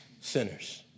sinners